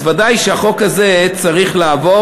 אז ודאי שהחוק הזה צריך לעבור.